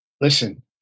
listen